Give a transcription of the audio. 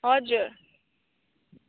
हजुर